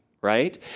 right